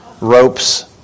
ropes